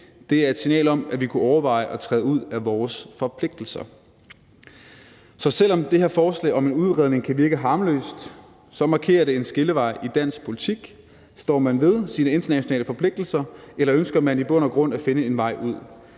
Det er et signal om, at vi kunne overveje at træde ud af vores forpligtelser. Så selv om det her forslag om en udredning kan virke harmløst, markerer det en skillevej i dansk politik: Står man ved sine internationale forpligtelser, eller ønsker man i bund og grund at finde en vej ud?